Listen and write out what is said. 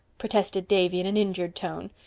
protested davy in an injured tone.